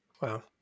Wow